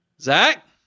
Zach